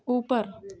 ऊपर